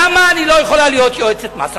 למה אני לא יכולה להיות יועצת מס?